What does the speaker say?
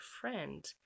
friend